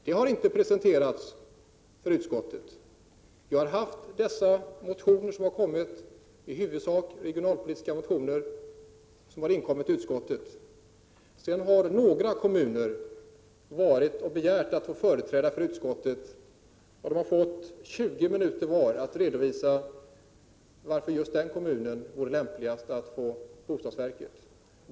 Det har inte presenterats för utskottet. Vi har i huvudsak haft att ta ställning till de regionalpolitiska motioner som inkommit till utskottet. Några kommuner har begärt företräde hos utskottet, och de har fått 20 minuter var att redovisa varför just den eller den kommunen vore lämpligast att få bostadsverket.